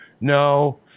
no